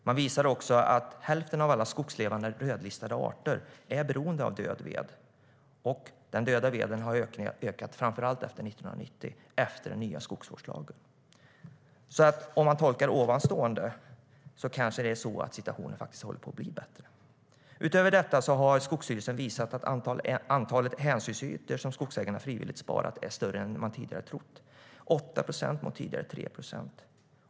Man visar också att hälften av alla skogslevande, rödlistade arter är beroende av död ved, och den döda veden har ökat framför allt efter 1990 med den nya skogsvårdslagen. Om man tolkar ovanstående är det kanske så att situationen faktiskt håller på att bli bättre. Utöver detta har Skogsstyrelsen visat att antalet hänsynsytor som skogsägarna frivilligt sparat är större än man tidigare trott - 8 procent mot tidigare 3 procent.